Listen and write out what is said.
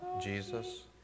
Jesus